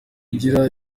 ugira